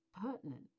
pertinent